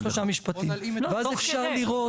תוך כדי?